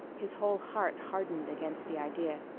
his whole heart hardened against the idea.